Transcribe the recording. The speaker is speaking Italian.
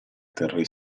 terry